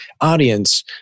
audience